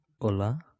Hola